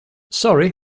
sorry